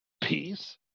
peace